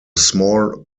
small